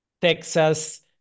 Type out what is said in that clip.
Texas